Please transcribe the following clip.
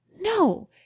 no